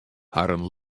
harren